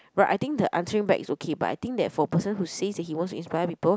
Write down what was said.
but I think the answering back is okay but I think that for a person who says that he wants to inspire people